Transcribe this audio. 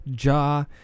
Ja